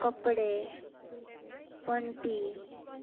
कपडे पण्टी